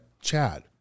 Chad